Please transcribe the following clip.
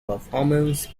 performance